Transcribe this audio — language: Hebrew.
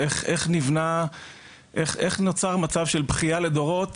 ואיך נוצר מצב של בכייה לדורות